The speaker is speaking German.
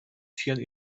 tieren